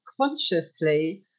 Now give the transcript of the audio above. consciously